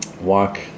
Walk